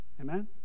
amen